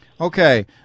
Okay